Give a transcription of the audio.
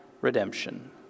redemption